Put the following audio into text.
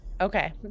Okay